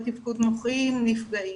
תפקוד מוחיים נפגעים.